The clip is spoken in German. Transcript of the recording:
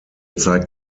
zeigt